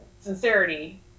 sincerity